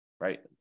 right